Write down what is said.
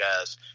guys